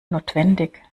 notwendig